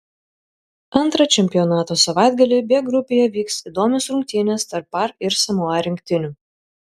antrą čempionato savaitgalį b grupėje vyks įdomios rungtynės tarp par ir samoa rinktinių